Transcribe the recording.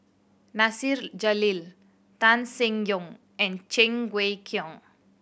Nasir Jalil Tan Seng Yong and Cheng Wai Keung